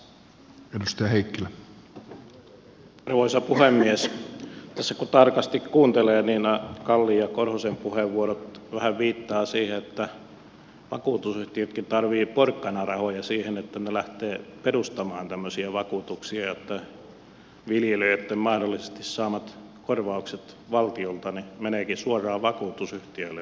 tässä kun tarkasti kuuntelee niin kallin ja korhosen puheenvuorot vähän viittaavat siihen että vakuutusyhtiötkin tarvitsevat porkkanarahoja siihen että ne lähtevät perustamaan tämmöisiä vakuutuksia että viljelijöitten mahdollisesti saamat korvaukset valtiolta menevätkin suoraan vakuutusyhtiöille tulevaisuudessa